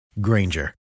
Granger